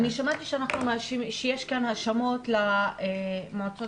שמעתי שיש כאן האשמות נגד המועצות